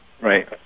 Right